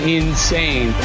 insane